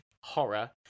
horror